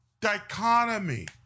dichotomy